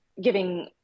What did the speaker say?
giving